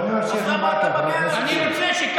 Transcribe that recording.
אז למה אתה מגן על זה?